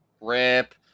Rip